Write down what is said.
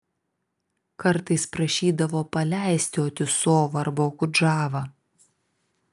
kartais prašydavo paleisti utiosovą arba okudžavą